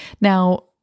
Now